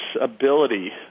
ability